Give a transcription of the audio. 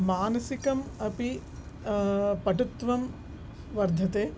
मानसिकम् अपि पटुत्वं वर्धते